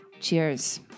Cheers